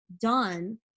done